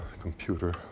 computer